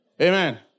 Amen